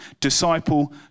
disciple